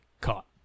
caught